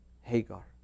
Hagar